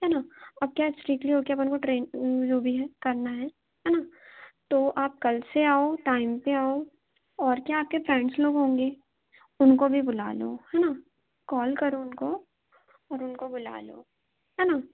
है न अब क्या है स्ट्रिक्टली होके अपन को ट्रेनिंग जो भी है करना है है न तो आप कल से आओ टाईम से आओ और क्या आपके फ़्रेंड्स लोग होंगे उनको भी बुला लो है न कॉल करो उनको और उनको बुला लो है न